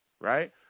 right